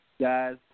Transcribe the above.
Guys